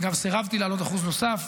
אגב, סירבתי להעלות אחוז נוסף,